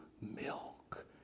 milk